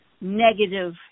negative